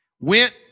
went